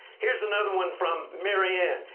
here's another one from marianne.